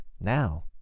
Now